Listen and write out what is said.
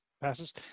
passes